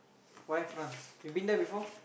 why France you been there before